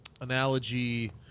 analogy